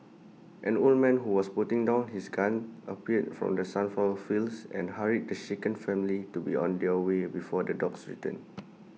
an old man who was putting down his gun appeared from the sunflower fields and hurried to shaken family to be on their way before the dogs return